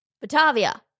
Batavia